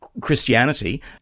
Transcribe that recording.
Christianity